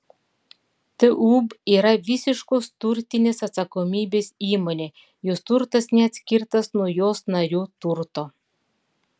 tūb yra visiškos turtinės atsakomybės įmonė jos turtas neatskirtas nuo jos narių turto